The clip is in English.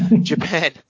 Japan